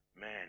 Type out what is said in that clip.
man